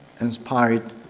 inspired